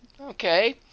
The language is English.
Okay